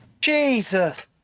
Jesus